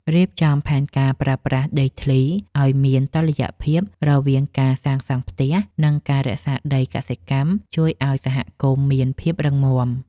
រៀបចំផែនការប្រើប្រាស់ដីធ្លីឱ្យមានតុល្យភាពរវាងការសាងសង់ផ្ទះ និង ការរក្សាដីកសិកម្មជួយឱ្យសហគមន៍មានភាពរឹងមាំ។